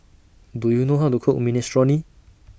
Do YOU know How to Cook Minestrone